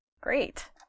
great